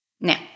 Now